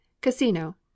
CASINO